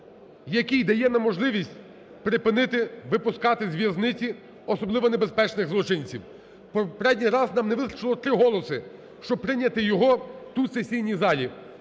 який дає нам можливість припинити випускати з в'язниці особливо небезпечних злочинців. В попередній раз нам не вистачило 3 голоси, щоб прийняти його тут, в сесійній залі.